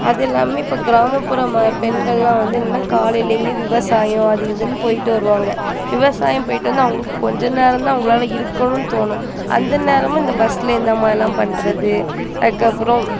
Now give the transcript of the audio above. அது இல்லாமல் இப்போ கிராமப்புற ம பெண்கள்லாம் வந்து என்னன்னா காலையிலையே விவசாயம் அது இதுன்னு போய்ட்டு வருவாங்கள் விவசாயம் போய்ட்டு வந்து அவங்களுக்கு கொஞ்ச நேரம் தான் அவங்களால் இருக்கணும்னு தோணும் அந்த நேரமும் இந்த பஸ்ஸில் இந்த மாதிரிலாம் பண்ணுறது அதுக்கப்றம்